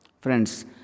Friends